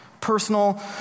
Personal